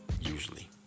usually